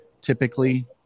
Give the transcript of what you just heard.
typically